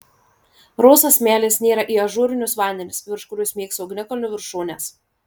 rausvas smėlis nyra į ažūrinius vandenis virš kurių smygso ugnikalnių viršūnės